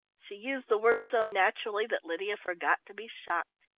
she used the word so naturally that lydia forgot to be shocked.